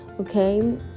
okay